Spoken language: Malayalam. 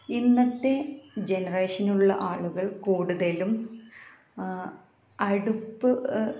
ഇന്നത്തെ ജനറേഷനിലുള്ള ആളുകൾ കൂടുതലും അടുപ്പ്